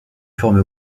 formes